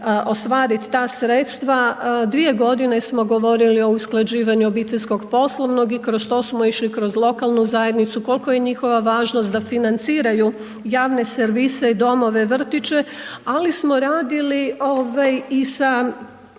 ostvarit ta sredstva, 2 g. smo govorili o usklađivanju obiteljskog i poslovnog i kroz to smo išli kroz lokalnu zajednicu, kolika je njihova važnost da financiraju javne servise i domove, vrtiće, ali smo radili i sa